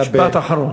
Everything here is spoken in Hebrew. משפט אחרון.